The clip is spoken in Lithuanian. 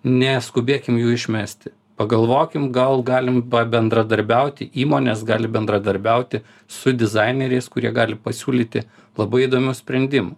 neskubėkim jų išmesti pagalvokim gal galim pabendradarbiauti įmonės gali bendradarbiauti su dizaineriais kurie gali pasiūlyti labai įdomių sprendimų